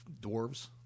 dwarves